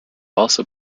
also